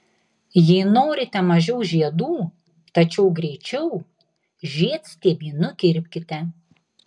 jei norite mažiau žiedų tačiau greičiau žiedstiebį nukirpkite